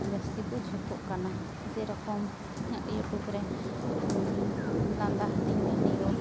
ᱡᱟᱹᱥᱛᱤ ᱠᱚ ᱡᱷᱩᱠᱩᱜ ᱠᱟᱱᱟ ᱡᱮ ᱨᱚᱠᱚᱢ ᱤᱭᱩᱴᱩᱵ ᱨᱮ ᱞᱟᱫᱟ ᱦᱟᱹᱴᱤᱧ ᱵᱤᱰᱤᱭᱳ